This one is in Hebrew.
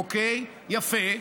אוקיי, יפה.